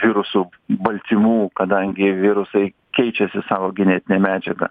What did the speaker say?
virusų baltymų kadangi virusai keičiasi savo genetine medžiaga